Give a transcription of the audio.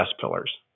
pillars